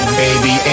baby